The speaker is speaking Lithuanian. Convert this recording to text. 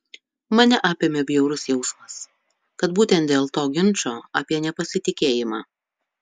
mane apėmė bjaurus jausmas kad būtent dėl to ginčo apie nepasitikėjimą